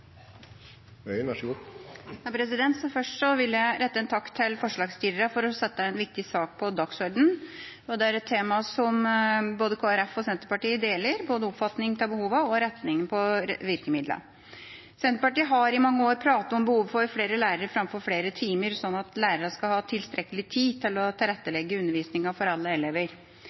Først vil jeg rette en takk til forslagsstillerne for å sette en viktig sak på dagsordenen. Det er et tema der Kristelig Folkeparti og Senterpartiet deler både oppfatning av behovene og innretning av virkemidlene. Senterpartiet har i mange år snakket om behovet for flere lærere framfor flere timer, slik at lærerne skal ha tilstrekkelig tid til å